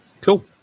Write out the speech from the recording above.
Cool